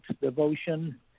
devotion